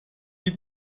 die